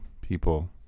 people